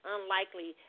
Unlikely